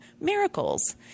miracles